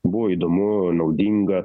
buvo įdomu naudinga